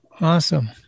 awesome